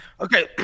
okay